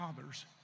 fathers